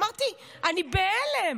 אמרתי: אני בהלם.